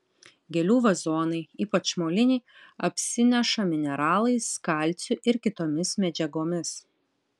gėlių vazonai ypač moliniai apsineša mineralais kalciu ir kitomis medžiagomis